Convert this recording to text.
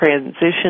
transition